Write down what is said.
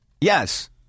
Yes